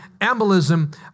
embolism